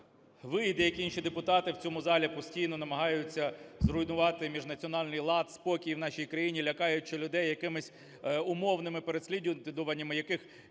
ви і деякі інші депутати в цьому залі постійно намагаються зруйнувати міжнаціональний лад, спокій в нашій країні, лякаючи людей якимись умовними переслідуваннями, яких